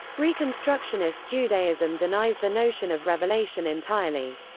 reconstructionist judaism denies the notion of revelation entirely.